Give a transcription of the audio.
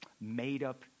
made-up